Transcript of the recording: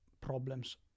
problems